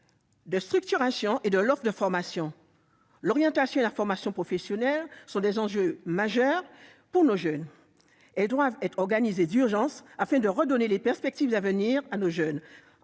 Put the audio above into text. la structuration de l'offre de formation. L'orientation et la formation professionnelle sont des enjeux majeurs pour nos jeunes et doivent donc être organisées d'urgence, afin de redonner à ceux-ci des perspectives d'avenir. Au